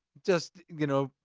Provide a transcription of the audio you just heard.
just, you know,